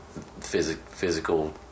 physical